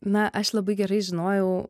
na aš labai gerai žinojau